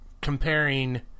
comparing